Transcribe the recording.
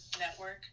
network